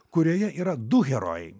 kurioje yra du herojai